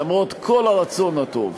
למרות כל הרצון הטוב,